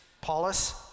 Paulus